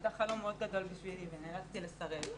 שהייתה כבוד מאוד גדול בשבילי, אבל נאלצתי לסרב.